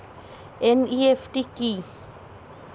NEFT কি?